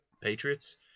Patriots